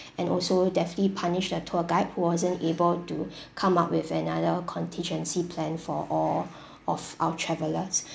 and also definitely punish the tour guide who wasn't able to come up with another contingency plan for all of our travellers